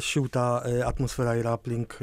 šilta atmosfera yra aplink